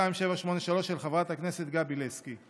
של חברת הכנסת גבי לסקי.